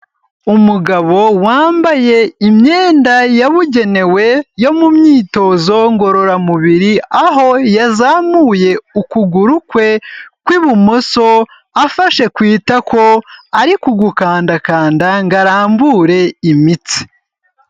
Umugabo wambaye imyenda yabugenewe yo mumyitozo ngororamubiri, aho yazamuye ukuguru kwe kw'ibumoso afashe ku itako ari kugukandakanda ngo arambure imitsi.